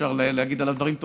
אפשר להגיד עליו דברים טובים,